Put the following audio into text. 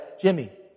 Jimmy